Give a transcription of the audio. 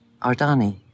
Ardani